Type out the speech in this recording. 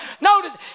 Notice